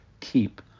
keep